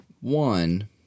One